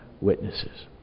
witnesses